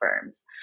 firms